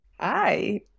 Hi